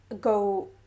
go